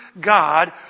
God